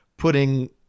putting